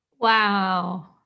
Wow